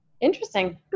Interesting